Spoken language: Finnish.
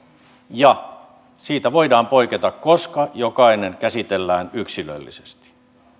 ja siitä voidaan poiketa koska jokainen käsitellään yksilöllisesti